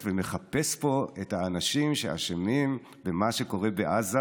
ומחפש פה את האנשים שאשמים במה שקורה בעזה